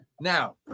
Now